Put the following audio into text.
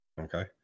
okay